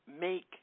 make